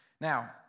Now